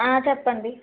ఆ చెప్పండి